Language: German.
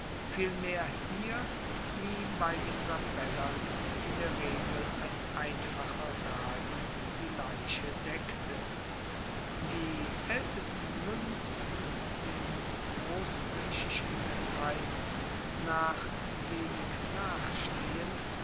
vielmehr hier wie bei den sabellern in der regel ein einfacher rasen die leiche deckte die aeltesten muenzen den grossgriechischen der zeit nach wenig nachstehend